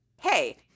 hey